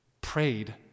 prayed